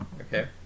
Okay